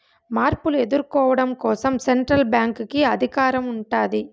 మార్పులు ఎదుర్కోవడం కోసం సెంట్రల్ బ్యాంక్ కి అధికారం ఉంటాది